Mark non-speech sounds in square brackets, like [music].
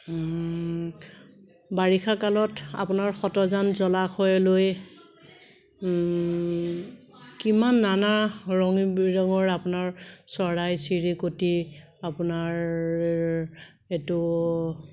বাৰিষা কালত আপোনাৰ [unintelligible] জলাশয়লৈ কিমান নানা ৰঙী বিৰঙৰ আপোনাৰ চৰাই চিৰিকটি আপোনাৰ এইটো